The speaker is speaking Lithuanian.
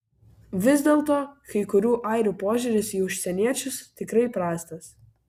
vis dėlto kai kurių airių požiūris į užsieniečius tikrai prastas